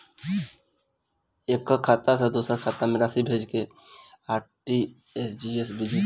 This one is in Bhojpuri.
एकह खाता से दूसर खाता में राशि भेजेके आर.टी.जी.एस विधि का ह?